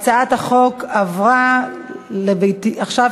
ההצעה עברה ותחזור